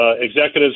executives